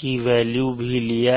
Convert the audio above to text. की वेल्यू भी लिया है